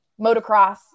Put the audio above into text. motocross